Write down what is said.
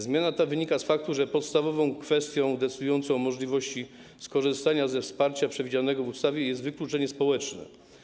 Zmiana ta wynika z faktu, że podstawową kwestią decydującą o możliwości skorzystania ze wsparcia przewidzianego w ustawie jest wykluczenie społeczne.